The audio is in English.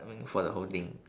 I mean for the whole thing